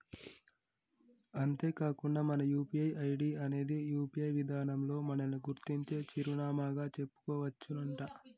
అంతేకాకుండా మన UPI ID అనేది యూ.పీ.ఐ విధానంలో మనల్ని గుర్తించే చిరునామాగా చెప్పుకోవచ్చునంట